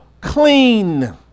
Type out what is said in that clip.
clean